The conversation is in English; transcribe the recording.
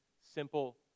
simple